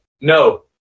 no